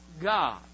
God